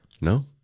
No